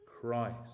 Christ